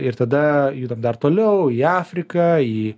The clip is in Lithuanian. ir tada judam dar toliau į afrika į